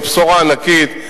זו בשורה ענקית,